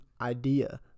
idea